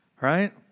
Right